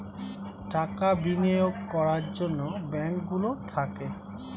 টাকা বিনিয়োগ করার জন্যে ব্যাঙ্ক গুলো থাকে